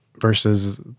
versus